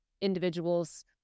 individuals